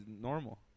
normal